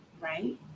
right